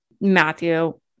Matthew